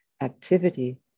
activity